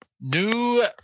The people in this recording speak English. New